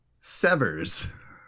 Severs